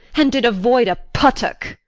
and did avoid a puttock.